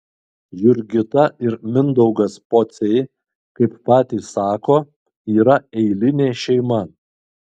jurgita ir mindaugas pociai kaip patys sako yra eilinė šeima